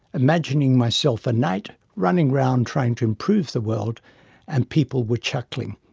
imagining myself a knight, running around trying to improve the world and people were chuckling.